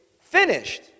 finished